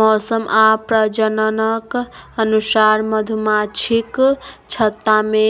मौसम आ प्रजननक अनुसार मधुमाछीक छत्तामे